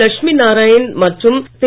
லட்சுமி நாராயணன் மற்றும் திரு